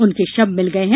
उनके शव मिल गये हैं